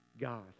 God